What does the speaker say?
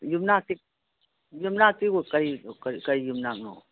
ꯌꯨꯝꯅꯥꯛꯇꯤ ꯌꯨꯝꯅꯥꯛꯇꯤ ꯀꯔꯤ ꯀꯔꯤ ꯌꯨꯝꯅꯥꯛꯅꯣ